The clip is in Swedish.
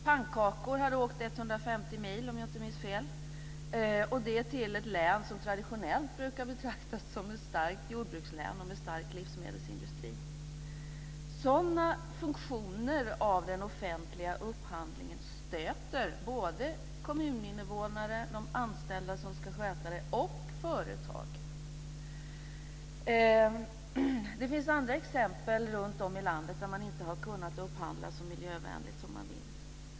Pannkakorna hade åkt 150 mil, om jag inte minns fel, och det i ett län som traditionellt brukar betraktas som ett starkt jordbrukslän med en stark livsmedelsindustri. Sådana funktioner av den offentliga upphandlingen stöter både kommuninvånare, de anställda som ska sköta det och företag. Det finns andra exempel runt om i landet där man inte har kunnat upphandla så miljövänligt som man vill.